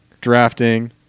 drafting